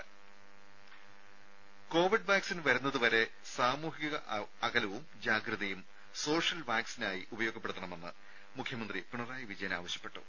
രുമ Covid vaccine വരുന്നതുവരെ സാമൂഹിക അകലവും ജാഗ്രതയും സോഷ്യൽ വാക്സിനായി ഉപയോഗപ്പെടുത്തണമെന്ന് മുഖ്യമന്ത്രി പിണറായി വിജയൻ ആവശ്യപ്പെട്ടു